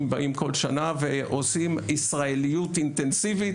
באים כל שנה ועושים ישראליות אינטנסיבית,